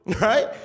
Right